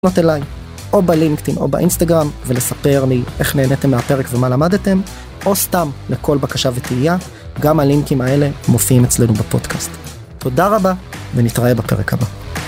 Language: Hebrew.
לפנות אליי או בלינקדאין או באינסטגרם, ולספר לי איך נהנתם מהפרק ומה למדתם, או סתם לכל בקשה ותהייה, גם הלינקים האלה מופיעים אצלנו בפודקאסט. תודה רבה, ונתראה בפרק הבא.